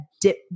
dip